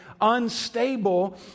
unstable